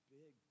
big